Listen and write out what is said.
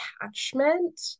attachment